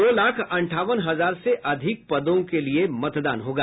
दो लाख अंठावन हजार से अधिक पदों के लिए मतदान होगा